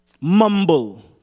mumble